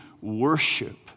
worship